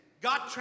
God